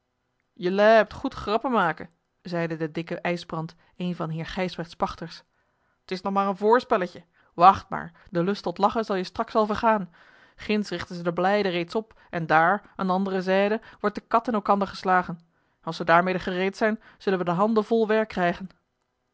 jelui hebt goed grappenmaken zeide de dikke ijsbrand een van heer gijsbrechts pachters t is nog maar een voorspelletje wacht maar de lust tot lachen zal je straks wel vergaan ginds richten zij de blijden reeds op en daar aan de andere zijde wordt de kat in elkander geslagen als ze daarmede gereed zijn zullen we de handen vol werk krijgen